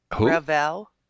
Ravel